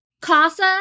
casa